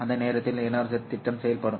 அந்த நேரத்தில் NRZ திட்டம் செயல்படும்